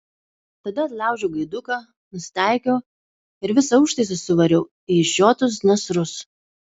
tada atlaužiau gaiduką nusitaikiau ir visą užtaisą suvariau į išžiotus nasrus